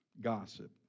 gossip